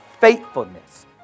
faithfulness